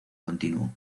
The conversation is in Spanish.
continuo